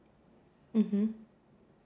mmhmm